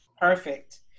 perfect